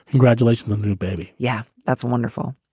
congratulations. the new baby. yeah, that's wonderful.